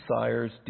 desires